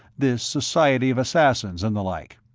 this society of assassins, and the like.